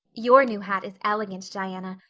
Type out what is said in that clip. your new hat is elegant, diana,